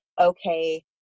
okay